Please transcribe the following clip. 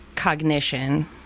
cognition